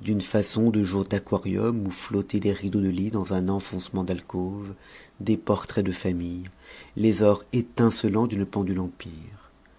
d'une façon de jour d'aquarium où flottaient des rideaux de lit dans un enfoncement d'alcôve des portraits de famille les ors étincelants d'une pendule empire